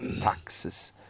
taxes